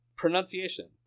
Pronunciation